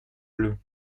bleus